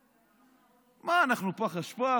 מה, אנחנו פח אשפה?